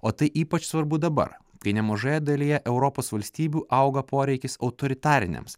o tai ypač svarbu dabar kai nemažoje dalyje europos valstybių auga poreikis autoritariniams